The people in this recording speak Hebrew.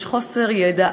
יש חוסר ידע,